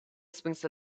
swings